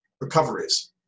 recoveries